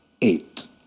eight